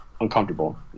uncomfortable